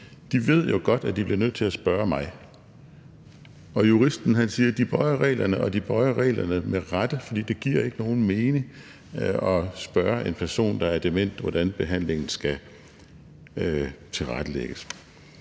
de ved jo godt, at de bliver nødt til at spørge mig. Juristen siger: De bøjer reglerne, og de bøjer reglerne med rette, fordi det ikke giver nogen mening at spørge en person, der er dement, hvordan behandlingen skal tilrettelægges.